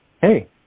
Hey